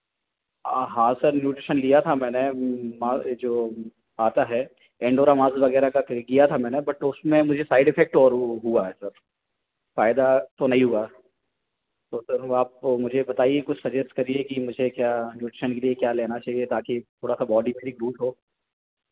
आ हाँ sir nutrition लिया था मैंने म जो आता है एंडोरा मास वगैरह का किया था मैंने बट उसमें मुझे साइड इफेक्ट और हुआ है सर फ़ायदा तो नहीं हुआ तो सर आप मुझे बताईए कुछ सजेस्ट करिए कि मुझे क्या न्यूट्रिशन के लिए क्या लेना चाहिए ताकि थोड़ा सा बॉडी मेरी बूट हो